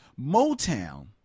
Motown